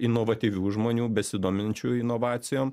inovatyvių žmonių besidominčių inovacijom